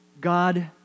God